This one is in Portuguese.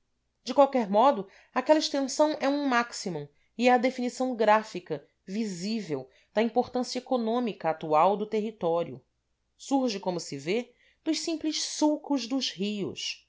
de qualquer modo aquela extensão é um maximum e é a definição gráfica visível da importância econômica atual do àterritório surge como se vê dos simples sulcos dos rios